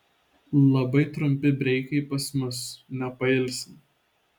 labai trumpi breikai pas mus nepailsim